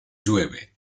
llueve